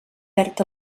perd